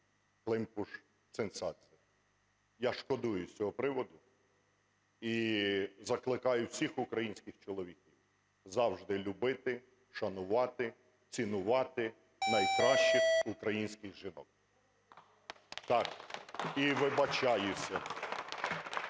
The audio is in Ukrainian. Климпуш-Цинцадзе. Я шкодую з цього приводу. І закликаю всіх українських чоловіків завжди любити, шанувати, цінувати найкращих українських жінок. Так, і вибачаюся.